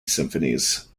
symphonies